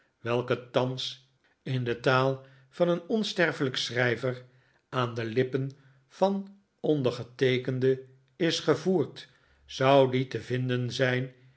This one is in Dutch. welke thans in de taal van een onsterfelijk schrijver aan de lippen van ondergeteekende is gevoerd zou die te vinden zijn